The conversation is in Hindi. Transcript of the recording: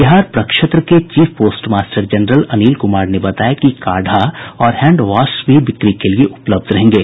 बिहार प्रक्षेत्र के chief post master general Anil Kumar ने बताया कि काढ़ा और हैंडवॉश भी बिक्री के लिए उपलब्ध रहेंगे